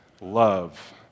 Love